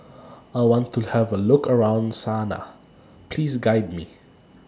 I want to Have A Look around Sanaa Please Guide Me